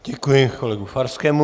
Děkuji kolegu Farskému.